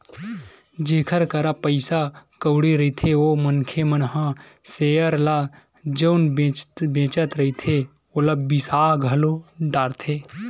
जेखर करा पइसा कउड़ी रहिथे ओ मनखे मन ह सेयर ल जउन बेंचत रहिथे ओला बिसा घलो डरथे